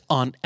on